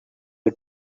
you